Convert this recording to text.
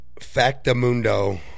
Factamundo